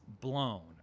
blown